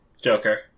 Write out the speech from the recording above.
Joker